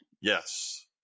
yes